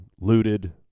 looted